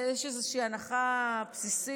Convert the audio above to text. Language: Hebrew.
יש איזושהי הנחה בסיסית,